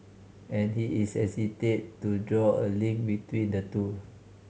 and he is hesitant to draw a link between the two